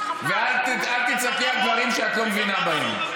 אל תצעקי על דברים שאת לא מבינה בהם.